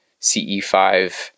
CE5